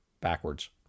backwards